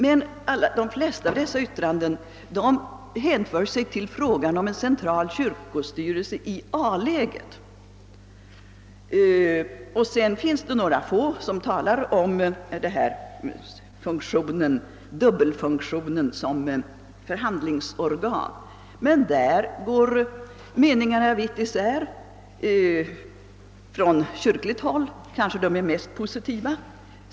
Men de flesta av dessa yttranden hänför sig till spörsmålet om en central kyrkostyrelse i A-läget. I några få remissyttranden berörs dubbelfunktionen som förhandlingsorgan, men meningarna är mycket delade. Från kyrkligt håll är de kanske mest positiva.